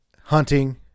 hunting